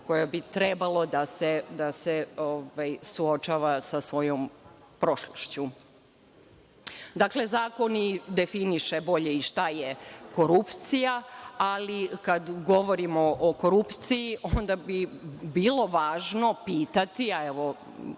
koja bi trebalo da se suočava sa svojom prošlošću. Dakle, zakon i definiše bolje i šta je korupcija, ali kada govorimo o korupciji, onda bi bilo važno pitati, a